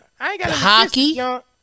hockey